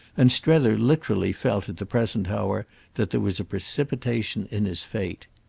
and strether literally felt at the present hour that there was a precipitation in his fate.